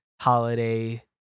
holiday